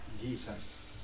Jesus